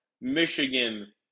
Michigan